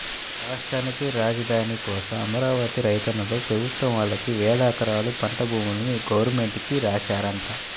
రాష్ట్రానికి రాజధాని కోసం అమరావతి రైతన్నలు ప్రభుత్వం వాళ్ళకి వేలెకరాల పంట భూముల్ని గవర్నమెంట్ కి రాశారంట